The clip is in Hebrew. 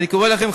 אני קורא לכם,